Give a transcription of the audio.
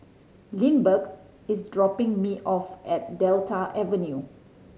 Lindbergh is dropping me off at Delta Avenue